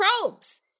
probes